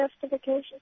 justification